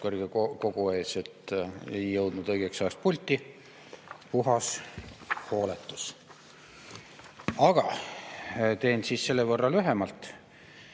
kõrge kogu ees, et ei jõudnud õigeks ajaks pulti. Puhas hooletus. Aga teen siis selle võrra lühemalt.